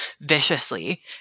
viciously